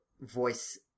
voice